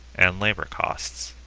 and labor costs